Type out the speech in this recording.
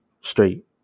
straight